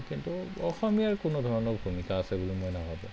কিন্তু অসমীয়াৰ কোনো ধৰণৰ ভূমিকা আছে বুলি মই নাভাবোঁ